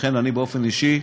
לכן, אני, באופן אישי,